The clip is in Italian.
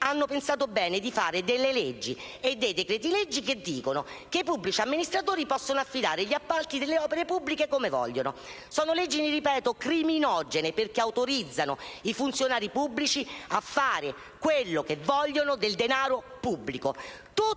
hanno pensato bene di fare delle leggi e dei decreti‑leggi che dicono che i pubblici amministratori possono affidare gli appalti delle opere pubbliche come vogliono. Sono leggi, ripeto, criminogene perché autorizzano i funzionari pubblici a fare quello che vogliono del denaro pubblico.